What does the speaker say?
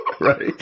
Right